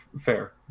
fair